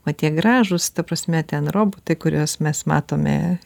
va tie gražūs ta prasme ten robotai kuriuos mes matome